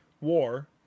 war